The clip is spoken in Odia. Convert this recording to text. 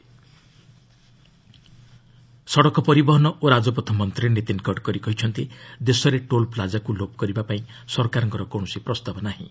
ଆର୍ଏସ୍ ଟୋଲ୍ପ୍ଲାଜା ସଡ଼କ ପରିବହନ ଓ ରାଜପଥ ମନ୍ତ୍ରୀ ନୀତିନ ଗଡ଼କରି କହିଛନ୍ତି ଦେଶରେ ଟୋଲ୍ପ୍ଲାଜାକୁ ଲୋପ କରିବା ପାଇଁ ସରକାରଙ୍କର କୌଣସି ପ୍ରସ୍ତାବ ନାହିଁ